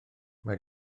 mae